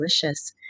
delicious